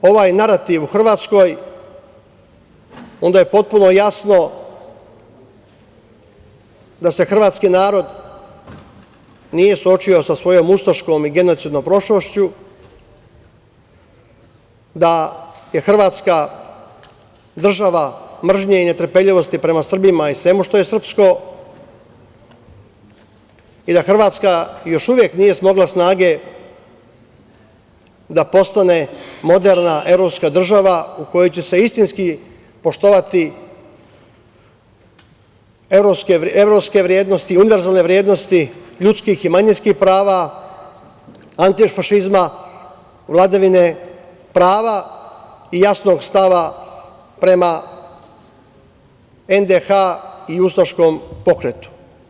Dakle, kada vidite ovaj narativ u Hrvatskoj, onda je potpuno jasno da se hrvatski narod nije suočio sa svojom ustaškom i genocidnom prošlošću, da je Hrvatska država mržnje i netrpeljivosti prema Srbima i svemu što je srpsko i da Hrvatska još uvek nije smogla snage da postane moderna evropska država u kojoj će se istinski poštovati evropske vrednosti i univerzalne vrednosti ljudskih i manjinskih prava antifašizma, vladavine prava i jasnog stava prema NDH i ustaškom pokretu.